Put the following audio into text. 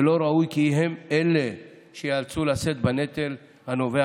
ולא ראוי כי הם שייאלצו לשאת בנטל הנובע